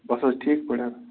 بَس حظ ٹھیٖک پٲٹھۍ